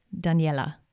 Daniela